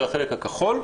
זה החלק הכחול.